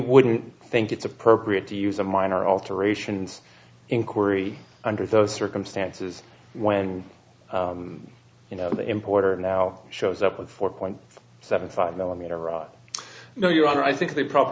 wouldn't think it's appropriate to use a minor alterations inquiry under those circumstances when you know the importer now shows up at four point seven five millimeter or i know you are i think the proper